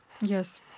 Yes